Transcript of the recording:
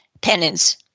Penance